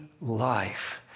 life